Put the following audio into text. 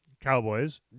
Cowboys